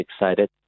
excited